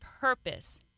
purpose